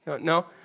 No